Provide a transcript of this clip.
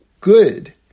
good